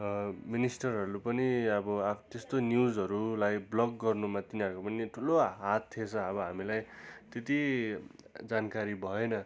मिनिस्टरहरू पनि अब त्यस्तो न्युजहरूलाई ब्लक गर्नुमा तिनीहरूको पनि ठुलो हात थिएछ अब हामीलाई त्यति जानकारी भएन